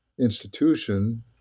institution